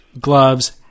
gloves